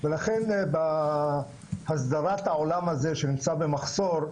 ולכן בהסדרת העולם הזה שנמצא במחסור,